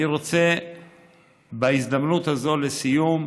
אני רוצה בהזדמנות הזו, לסיום,